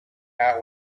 out